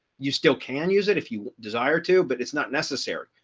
you still can use it if you desire to, but it's not necessary.